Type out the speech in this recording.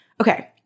Okay